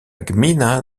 gmina